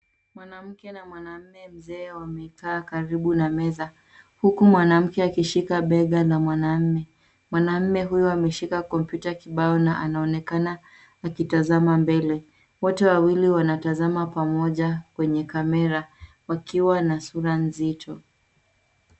Mwanamke na mwanamume mzee wamekaa karibu na meza, huku mwanamke akishika bega la mwanamume. Mwanamume huu ameshika kompyuta kibao na anaonekana akizatama mbele. Wote wawili wanatazama pamoja kwenye kamera wakiwa na sura nzito.